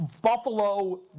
Buffalo